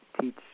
teach